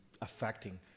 affecting